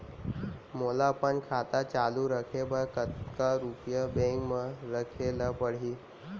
मोला अपन खाता चालू रखे बर कतका रुपिया बैंक म रखे ला परही?